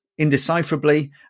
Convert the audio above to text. indecipherably